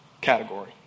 category